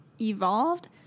evolved